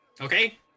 Okay